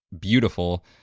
beautiful